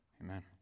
Amen